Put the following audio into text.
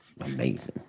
Amazing